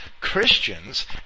Christians